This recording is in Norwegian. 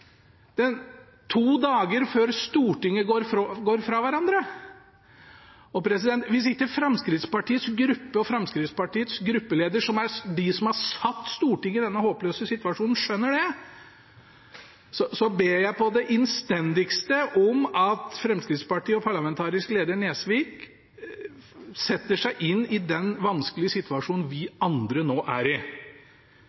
en sak, to dager før Stortinget går fra hverandre. Hvis ikke Fremskrittspartiets gruppe og Fremskrittspartiets gruppeleder, som har satt Stortinget i denne håpløse situasjonen, skjønner det, ber jeg innstendig om at Fremskrittspartiet og parlamentarisk leder Nesvik setter seg inn i den vanskelige situasjonen vi